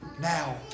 now